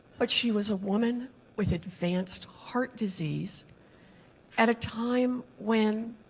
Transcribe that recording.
but she was a woman with advanced heart disease at a time when